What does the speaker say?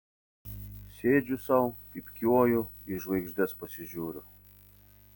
sėdžiu sau pypkiuoju į žvaigždes pasižiūriu